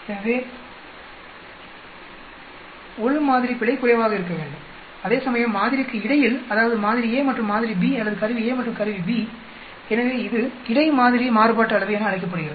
எனவே உள் மாதிரி பிழை குறைவாக இருக்க வேண்டும் அதேசமயம் மாதிரிக்கு இடையில் அதாவது மாதிரி a மற்றும் மாதிரி b அல்லது கருவி a மற்றும் கருவி b எனவே இது இடை மாதிரி மாறுபாட்டு அளவை என அழைக்கப்படுகிறது